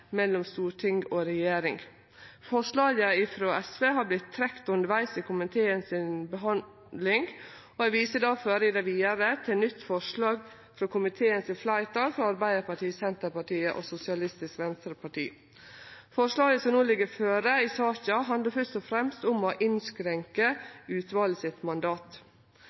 mellom storting og regjering. Forslaget frå SV har vorte trekt undervegs i komiteen si behandling, og eg viser difor i det vidare til nytt forslag frå komiteen sitt fleirtal, frå Arbeidarpartiet, Senterpartiet og Sosialistisk Venstreparti. Forslaget som no ligg føre i saka, handlar først og fremst om å innskrenke mandatet til utvalet.